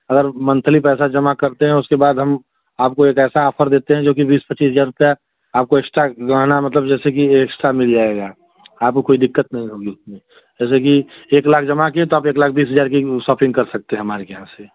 अगर मंथली पैसा जमा करते हैं उसके बाद हम आपको एक ऐसा ऑफर देते हैं जो कि बीस पच्चीस हज़ार रुपये आपको एक्स्ट्रा गहना मतलब जैसे कि एक्स्ट्रा मिल जाएगा आपको कोई दिक्कत नहीं होगी उसमें जैसे कि एक लाख जमा किए तो आप एक लाख बीस हज़ार की शॉपिंग कर सकते हैं हमारे यहाँ से